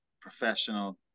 professional